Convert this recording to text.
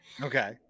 Okay